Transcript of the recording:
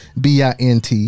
BINT